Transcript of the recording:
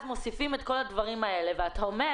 אז מוסיפים את כל הדברים האלה ואתה אומר